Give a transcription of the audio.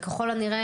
וככל הנראה,